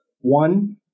One